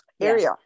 area